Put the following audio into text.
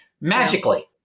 magically